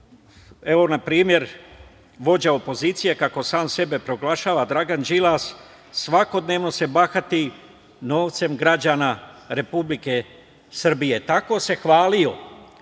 Evo, na primer, vođa opozicije, kako sam sebe proglašava, Dragan Đilas svakodnevno se bahati novcem građana Republike Srbije. Tako se hvalio,